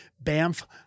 Banff